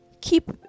keep